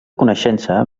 coneixença